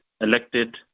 elected